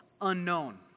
unknown